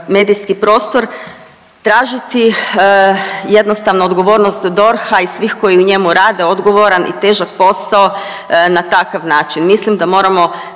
medijski prostor tražiti jednostavno odgovornost DORH-a i svih koji u njemu rade odgovoran i težak posao na takav način. Mislim da moramo